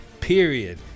Period